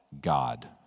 God